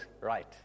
right